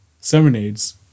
serenades